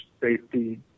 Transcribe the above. safety